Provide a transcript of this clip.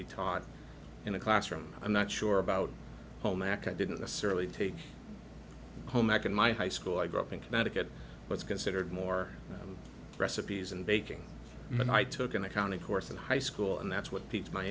be taught in a classroom i'm not sure about home ak i didn't necessarily take home ec in my high school i grew up in connecticut what's considered more recipes and baking and i took an accounting course in high school and that's what pete my